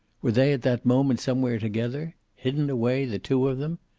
were they at that moment somewhere together? hidden away, the two of them?